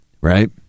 Right